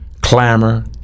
clamor